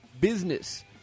Business